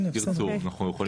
תרצו אנחנו יכולים.